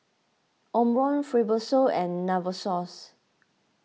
Omron Fibrosol and Novosource